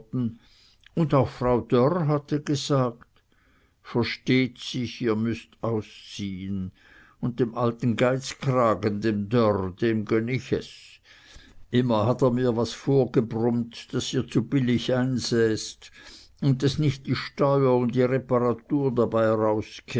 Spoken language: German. und auch frau dörr hatte gesagt versteht sich ihr müßt ausziehen und dem alten geizkragen dem dörr dem gönn ich's immer hat er mir was vorgebrummt daß ihr zu billig einsäßt und daß nich die steuer un die repratur dabei